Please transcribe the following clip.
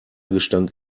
gestank